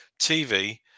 TV